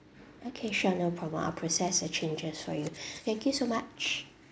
okay sure no problem I will process the changes for you thank you so much